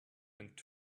and